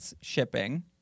shipping